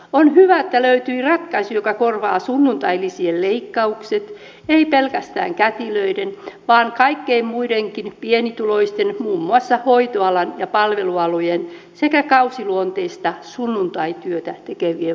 on hyvä että löytyi ratkaisu joka korvaa sunnuntailisien leikkaukset ei pelkästään kätilöiden vaan kaikkien muidenkin pienituloisten muun muassa hoitoalan ja palvelualojen sekä kausiluonteista sunnuntaityötä tekevien vuoksi